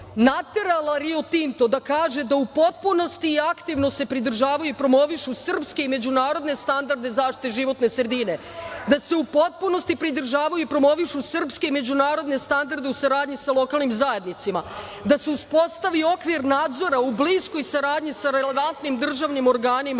naterala Rio Tinto da kaže da u potpunosti i aktivno se pridržavaju i promovišu srpske i međunarodne standarde zaštite životne sredine, da se u potpunosti pridržavaju i promovišu srpske i međunarodne standarde u saradnji sa lokalnim zajednicama, da se uspostavi okvir nadzora u bliskoj saradnji sa relevantnim državnim organima,